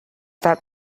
that